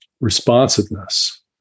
responsiveness